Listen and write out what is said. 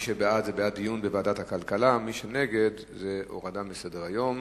בעד, דיון בוועדת הכלכלה, נגד, הורדה מסדר-היום.